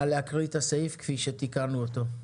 נא להקריא את הסעיף כפי שתיקנו אותו.